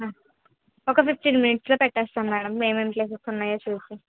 ఒక ఫిఫ్టీన్ మినిట్స్లో పెట్టేస్తాం మేడం ఏమేం ప్లేసెస్ ఉన్నాయో చూసి